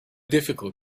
difficult